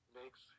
makes